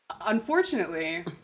Unfortunately